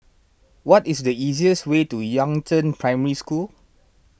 what is the easiest way to Yangzheng Primary School